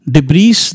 Debris